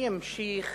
אני אמשיך